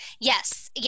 Yes